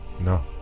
No